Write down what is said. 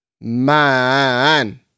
Man